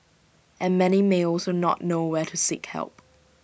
and many may also not know where to seek help